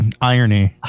irony